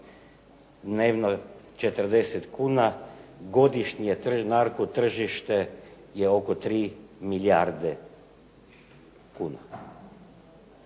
je prosjek, godišnje narko tržište je oko 3 milijarde kuna.